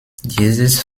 dieses